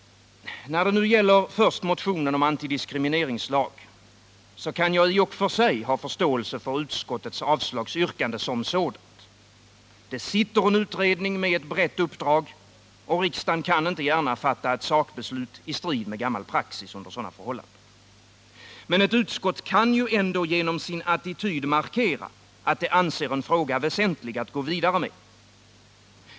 När det gäller motionen om antidiskrimineringslag kan jag ha förståelse för utskottets avslagsyrkande som sådant. Det sitter en utredning med ett brett uppdrag — riksdagen kan under sådana förhållanden inte gärna fatta beslut i strid med gammal praxis. Men ett utskott kan ju genom sin attityd ändå markera att det anser en fråga väsentlig att gå vidare med.